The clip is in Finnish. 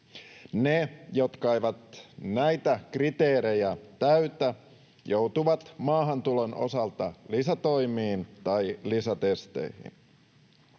Ne, jotka eivät näitä kriteerejä täytä, joutuvat maahantulon osalta lisätoimiin tai lisätesteihin.